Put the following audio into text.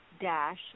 dash